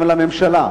גם לממשלה,